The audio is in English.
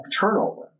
turnover